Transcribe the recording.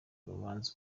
urubanza